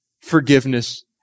forgiveness